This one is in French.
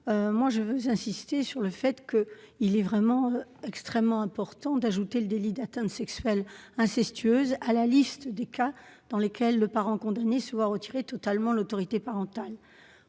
précédent. J'insiste sur ce point : il est extrêmement important d'ajouter le délit d'atteinte sexuelle incestueuse à la liste des cas dans lesquels le parent condamné se voit retirer totalement l'autorité parentale.